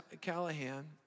Callahan